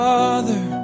Father